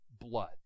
blood